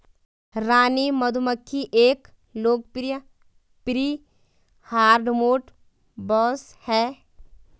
रानी मधुमक्खी एक लोकप्रिय प्री हार्डमोड बॉस है